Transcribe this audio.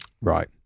Right